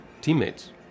teammates